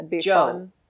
Joe